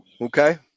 Okay